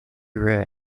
rare